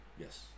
Yes